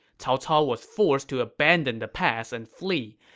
cao cao was forced to abandon the pass and flee,